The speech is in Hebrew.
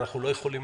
ואנחנו לא יכולים